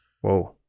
Whoa